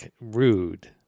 rude